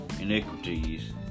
iniquities